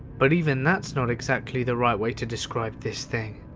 but even that's not exactly the right way to describe this thing.